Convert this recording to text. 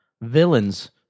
villains